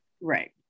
Right